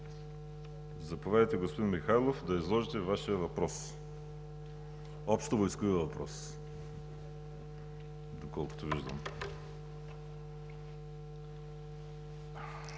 Заповядайте, господин Михайлов, да изложите Вашия общовойскови въпрос, доколкото виждам.